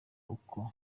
uko